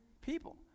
people